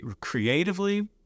creatively